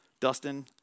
Dustin